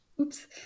Oops